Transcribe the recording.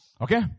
Okay